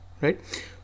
right